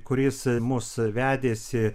kuris mus vedėsi